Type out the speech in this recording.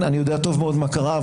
אני יודע טוב מאוד מה קרה,